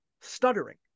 stuttering